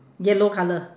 yellow colour